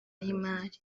y’imari